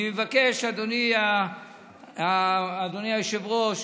אני מבקש, אדוני היושב-ראש,